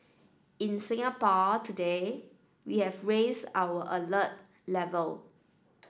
in Singapore today we have raised our alert level